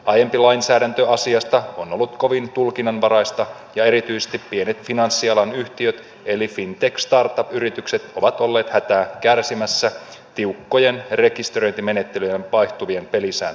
aiempi lainsäädäntö asiasta on ollut kovin tulkinnanvaraista ja erityisesti pienet finanssialan yhtiöt eli fintech startup yritykset ovat olleet hätää kärsimässä tiukkojen rekisteröintimenettelyjen ja vaihtuvien pelisääntöjen keskellä